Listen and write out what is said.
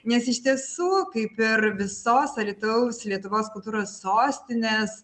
nes iš tiesų kaip ir visos alytaus lietuvos kultūros sostinės